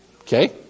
Okay